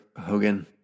Hogan